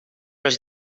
los